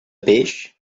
peix